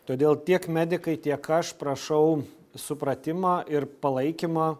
todėl tiek medikai tiek aš prašau supratimo ir palaikymo